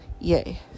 yay